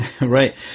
right